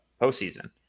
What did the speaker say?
postseason